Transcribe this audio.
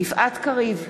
יפעת קריב,